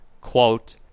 quote